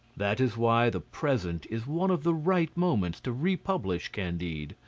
that is why the present is one of the right moments to republish candide.